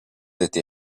été